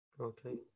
Okay